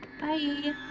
Bye